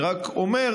אני רק אומר,